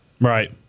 Right